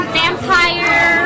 vampire